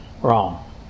wrong